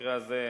במקרה הזה,